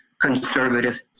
conservative